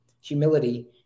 humility